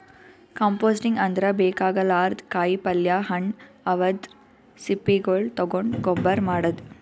composting ಅಂದ್ರ ಬೇಕಾಗಲಾರ್ದ್ ಕಾಯಿಪಲ್ಯ ಹಣ್ಣ್ ಅವದ್ರ್ ಸಿಪ್ಪಿಗೊಳ್ ತಗೊಂಡ್ ಗೊಬ್ಬರ್ ಮಾಡದ್